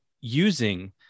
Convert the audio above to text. using